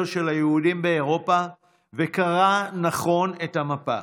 של היהודים באירופה וקרא נכון את המפה: